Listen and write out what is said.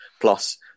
plus